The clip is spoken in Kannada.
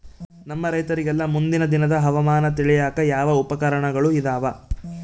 ನಮ್ಮ ರೈತರಿಗೆಲ್ಲಾ ಮುಂದಿನ ದಿನದ ಹವಾಮಾನ ತಿಳಿಯಾಕ ಯಾವ ಉಪಕರಣಗಳು ಇದಾವ?